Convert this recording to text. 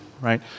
right